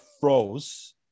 froze